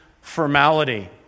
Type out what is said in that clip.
formality